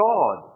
God